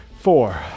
four